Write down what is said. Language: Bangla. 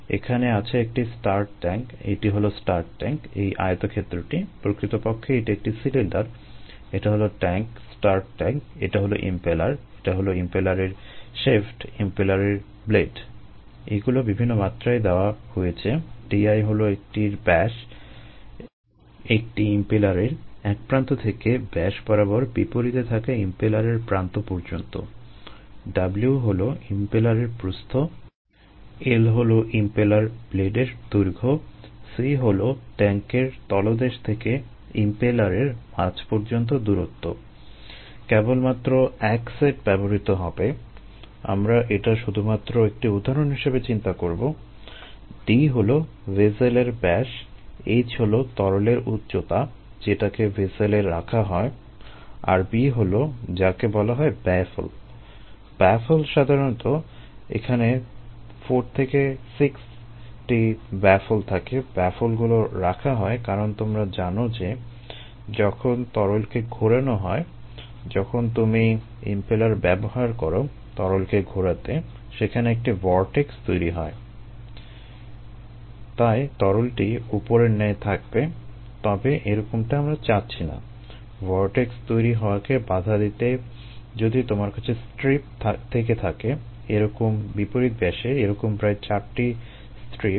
এখানে আছে একটি স্টার্ড ট্যাংক এটি হলো স্টার্ড ট্যাংক এই আয়তক্ষেত্রটি প্রকৃতপক্ষে এটি একটি সিলিন্ডার থেকে থাকে এরকম বিপরীত ব্যাসে এরকম প্রায় 4 টি স্ট্রিপ